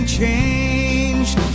changed